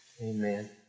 Amen